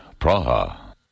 Praha